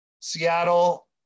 Seattle